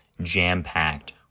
Jam-packed